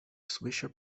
swisher